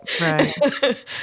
Right